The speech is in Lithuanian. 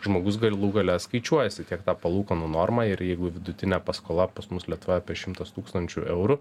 žmogus galų gale skaičiuojasi tiek tą palūkanų normą ir jeigu vidutinė paskola pas mus lietuvoje apie šimtas tūkstančių eurų